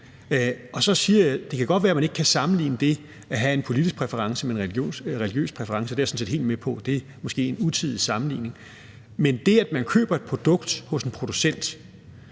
i. Så siger jeg, at det godt kan være, at man ikke kan sammenligne det at have en politisk præference med en religiøs præference – det er jeg sådan set helt med på måske er en utidig sammenligning – men når man køber et produkt hos en producent,